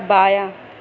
بایاں